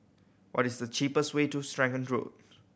what is the cheapest way to Serangoon Road